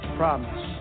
promise